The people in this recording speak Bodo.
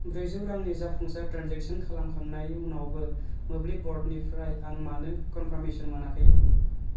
ब्रैजौ रांनि जाफुंसार ट्रेन्जेकशन खालामखांनायनि उनावबो मोब्लिब ब'र्डनिफ्राय आं मानो कन्फार्मेशन मोनाखै